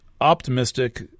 optimistic